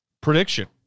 prediction